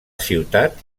ciutat